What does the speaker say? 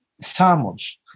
Samos